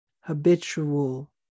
habitual